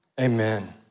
Amen